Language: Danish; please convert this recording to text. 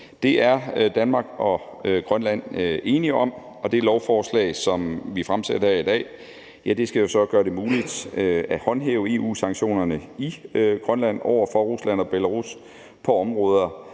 Det er Danmark og Grønland enige om, og det lovforslag, som vi fremsætter her i dag, skal så gøre det muligt at håndhæve EU-sanktionerne i Grønland over for Rusland og Belarus på områder,